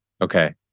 okay